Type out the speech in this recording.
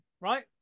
right